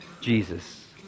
Jesus